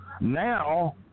Now